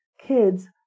kids